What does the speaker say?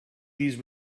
these